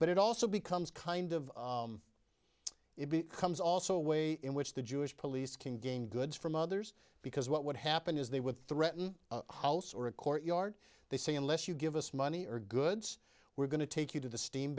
but it also becomes kind of it becomes also a way in which the jewish police can gain goods from others because what would happen is they would threaten house or a court yard they say unless you give us money or goods we're going to take you to the steam